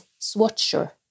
swatcher